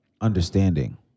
understanding